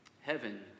Heaven